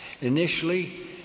Initially